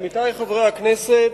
עמיתי חברי הכנסת,